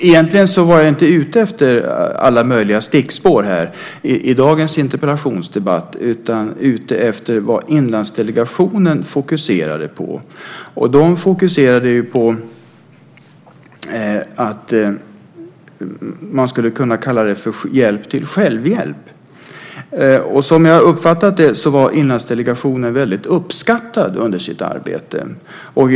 Egentligen var jag dock inte ute efter alla möjliga stickspår i dagens interpellationsdebatt utan det som Inlandsdelegationen fokuserade på. De fokuserade ju på det som man skulle kunna kalla för hjälp till självhjälp. Som jag uppfattat det hela var Inlandsdelegationen väldigt uppskattad när den genomförde sitt arbete.